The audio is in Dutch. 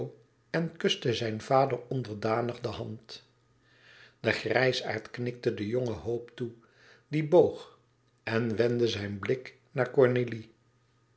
en kuste zijn vader onderdanig de hand de grijsaard knikte den jongen hope toe die boog en wendde zijn blik naar cornélie